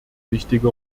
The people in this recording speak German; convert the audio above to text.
wichtige